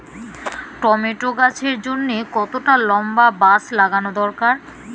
Tomato গাছের জন্যে কতটা লম্বা বাস লাগানো দরকার?